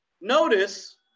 Notice